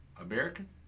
American